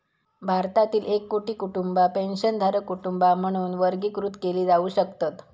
भारतातील एक कोटी कुटुंबा पेन्शनधारक कुटुंबा म्हणून वर्गीकृत केली जाऊ शकतत